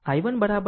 I1 2